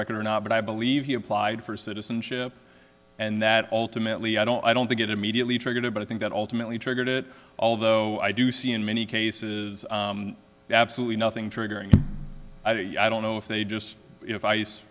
record or not but i believe he applied for citizenship and that ultimately i don't i don't think it immediately triggered it but i think that ultimately triggered it although i do see in many cases absolutely nothing triggering i do you i don't know if they just if i